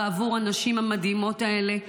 בעבור הנשים המדהימות האלה,